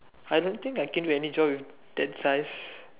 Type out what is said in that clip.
I don't think I can do any job with that size